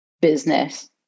business